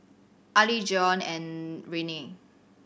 Arlie Zion and Renae